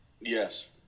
Yes